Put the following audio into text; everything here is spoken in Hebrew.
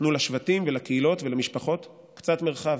תנו לשבטים ולקהילות ולמשפחות קצת מרחב.